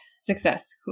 Success